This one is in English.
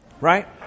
right